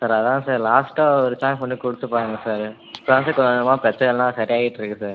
sir அதான் sir லாஸ்ட்டாக ஒரு சான்ஸ் மட்டும் கொடுத்துப் பாருங்கள் சார் இப்போ தான் சார் கொஞ்சம் கொஞ்சமாக பிரச்சனையெல்லாம் சரியாயிட்டுருக்கு சார்